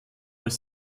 als